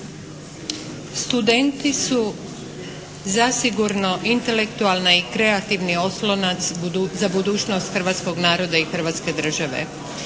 Studenti su zasigurno intelektualni i kreativni oslonac za budućnost hrvatskog naroda i hrvatske države.